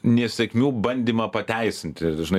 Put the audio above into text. nesėkmių bandymą pateisinti žinai